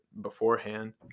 beforehand